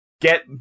Get